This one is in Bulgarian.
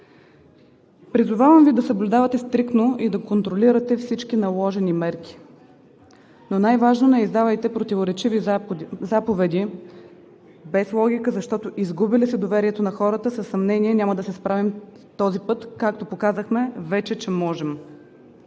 Призовавам Ви да съблюдавате стриктно и да контролирате всички наложени мерки, но най-важно – не издавайте противоречиви заповеди, без логика, защото изгуби ли се доверието на хората – със съмнение, няма да се справим този път както показахме вече, че можем.